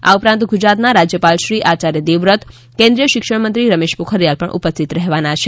આ ઉપરાંત ગુજરાતનાં રાજ્યપાલશ્રી આયાર્ય દેવવ્રત કેન્દ્રીય શિક્ષણમંત્રીશ્રી રમેશ પોખરીયાલ ઉપસ્થિત રહેવાના છે